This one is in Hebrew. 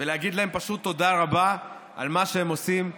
ולהגיד להם תודה רבה על מה שהם עושים.